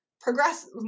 progress